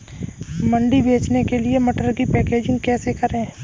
मंडी में बेचने के लिए मटर की पैकेजिंग कैसे करें?